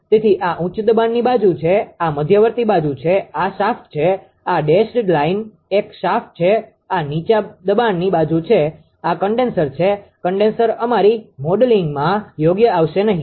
તેથી આ ઉચ્ચ દબાણની બાજુ છે આ મધ્યવર્તી બાજુ છે આ શાફ્ટ છે આ ડેશ્ડ લાઈન એક શાફ્ટ છે આ નીચા દબાણની બાજુ છે આ કન્ડેન્સર છે કન્ડેન્સર અમારી મોડેલિંગમાં યોગ્ય આવશે નહીં